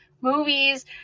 movies